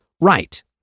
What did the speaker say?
Right